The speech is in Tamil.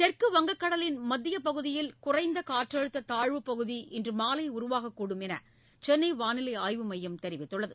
தெற்கு வங்கக்கடலின் மத்திய பகுதியில் குறைந்த காற்றழுத்த தாழ்வுப் பகுதி இன்று மாலை உருவாகக் கூடும் என சென்னை வானிலை மையம் தெரிவித்துள்ளது